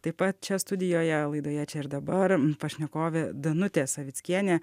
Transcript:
taip pat čia studijoje laidoje čia ir dabar pašnekovė danutė savickienė